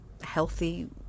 healthy